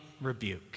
rebuke